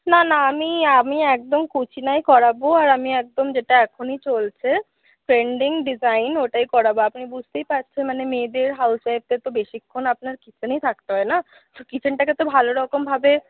না না আমি আমি একদম কুচিনাই করাবো আর আমি একদম যেটা এখনি চলছে ট্রেন্ডিং ডিজাইন ওটাই করাবো আপনি বুঝতেই পারছেন মানে মেয়েদের হাউজ ওয়াইফদের তো বেশিক্ষণ আপনার কিচেনেই থাকতে হয় না তো কিচেনটাকে তো ভালোরকমভাবে